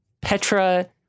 Petra